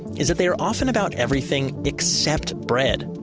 is that they are often about everything except bread.